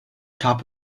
top